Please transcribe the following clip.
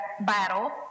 battle